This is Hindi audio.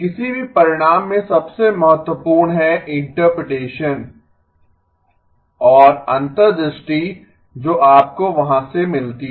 किसी भी परिणाम में सबसे महत्वपूर्ण है इंटरप्रीटेसन और अंतर्दृष्टि जो आपको वहां से मिलती है